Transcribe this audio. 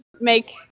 make